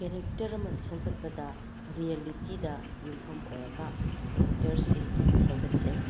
character ꯑꯃ ꯁꯦꯝꯒꯠꯄꯗ ꯔꯤꯌꯦꯂꯤꯇꯤꯗ ꯌꯨꯝꯐꯝ ꯑꯣꯏꯔꯒ ꯀꯦꯔꯦꯛꯇꯔꯁꯤ ꯁꯦꯝꯒꯠꯆꯩ